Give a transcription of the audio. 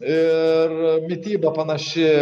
ir mityba panaši